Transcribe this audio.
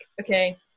okay